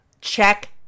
check